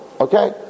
Okay